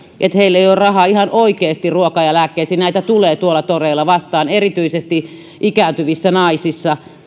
että heillä ei ihan oikeasti ole rahaa ruokaan ja lääkkeisiin näitä tulee tuolla toreilla vastaan erityisesti ikääntyviä naisia